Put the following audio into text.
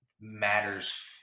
matters